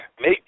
make